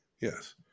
Yes